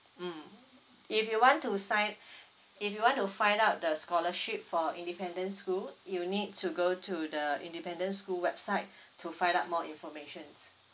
mm if you want to sign if you want to find out the scholarship for independence school you need to go to the independent school website to find out more information